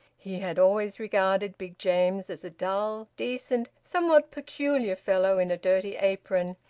he had always regarded big james as a dull, decent, somewhat peculiar fellow in a dirty apron,